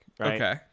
Okay